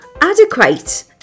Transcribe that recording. Adequate